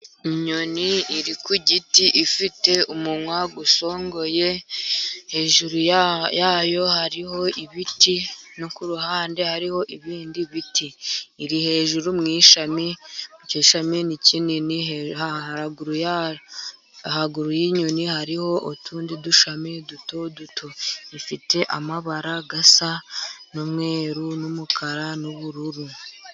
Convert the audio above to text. Inyoni iri ku giti ifite umunwa usongoye, hejuru yayo hariho ibiti no ku ruhande hariho ibindi biti. Iri hejuru mu ishami iryo shami ni rinini. Haraguru y'inyoni hariho utundi dushami duto duto, ifite amabara asa n'umweru n'umukara n'ubururu.